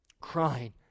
crying